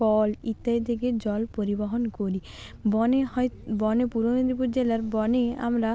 call ইত্যাদি থেকে জল পরিবহন করি বনে বনে পূর্ব মেদিনীপুর জেলার বনে আমরা